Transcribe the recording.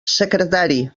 secretari